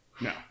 No